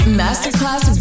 masterclass